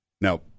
Now